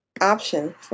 option